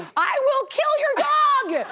i will kill your dog!